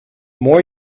more